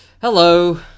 Hello